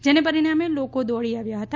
જેના પરિણામે લોકો દોડી આવ્યા હતા